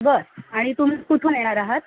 बरं आणि तुम्ही कुठून येणार आहात